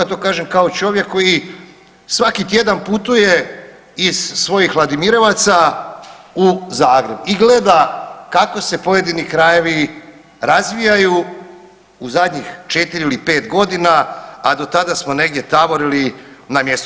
To kažem kao čovjek koji svaki tjedan putuje iz svojih Vladimirevaca u Zagreb i gleda kako se pojedini krajevi razvijaju u zadnjih 4 ili 5 godina, a do tada smo negdje tavorili na mjestu.